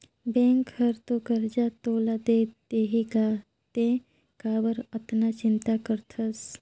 bank हर तो करजा तोला दे देहीगा तें काबर अतना चिंता करथस